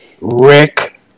Rick